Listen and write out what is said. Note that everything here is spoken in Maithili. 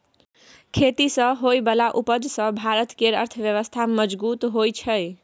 खेती सँ होइ बला उपज सँ भारत केर अर्थव्यवस्था मजगूत होइ छै